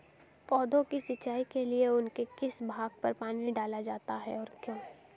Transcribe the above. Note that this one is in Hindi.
पौधों की सिंचाई के लिए उनके किस भाग पर पानी डाला जाता है और क्यों?